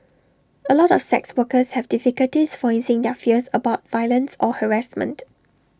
A lot of sex workers have difficulties voicing their fears about violence or harassment